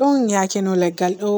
ɗon yaake no leggal ɗo